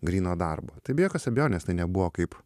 gryno darbo tai be jokios abejonės tai nebuvo kaip